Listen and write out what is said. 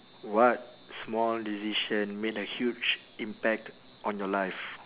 what small decision made a huge impact on your life